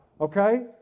okay